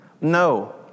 No